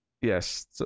yes